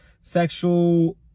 sexual